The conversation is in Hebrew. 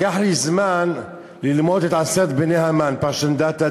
לקח לי זמן ללמוד את עשרת בני המן: פרשנדתא,